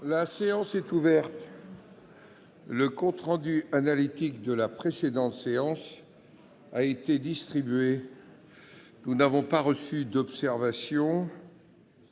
La séance est ouverte. Le compte rendu analytique de la précédente séance a été distribué. Il n'y a pas d'observation